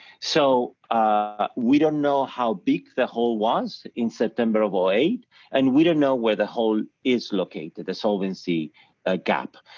so ah we don't know how big the hole was in september of o eight and we don't know where the hole is located, the solvency ah gap.